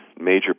major